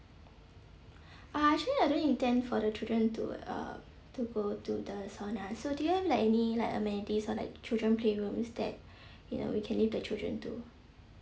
uh actually I don't intend for the children to uh to go to the sauna so do you have like any like amenities or like children playrooms that you know we can leave the children to